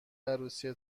عروسی